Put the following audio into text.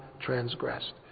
transgressed